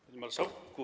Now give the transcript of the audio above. Panie Marszałku!